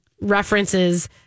references